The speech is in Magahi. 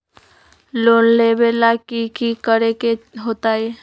लोन लेबे ला की कि करे के होतई?